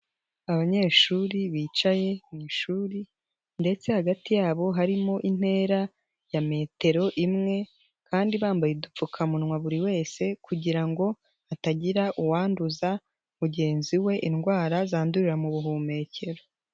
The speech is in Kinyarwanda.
Abanyeshuri bicaye mu ishuri ndetse hagati yabo harimo intera ya metero imwe kandi bambaye udupfukamunwa buri wese kugira ngo hatagira uwanduza mugenzi we indwara zandurira mu buhumekero.